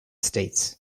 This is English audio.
states